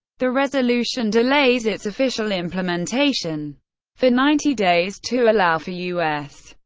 the resolution delays its official implementation for ninety days, to allow for u s.